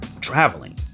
traveling